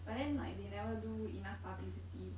but then like they never do enough publicity